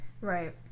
Right